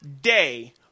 day